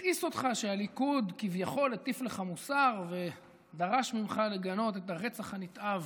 הכעיס אותך שהליכוד כביכול הטיף לך מוסר ודרש ממך לגנות את הרצח הנתעב